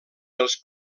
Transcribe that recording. dels